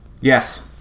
Yes